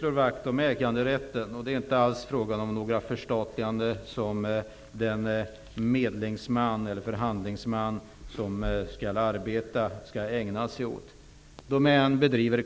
Fru talman! Vi slår vakt om äganderätten, och förhandlingsmannen skall inte alls ägna sig åt några förstatliganden. Domän AB bedriver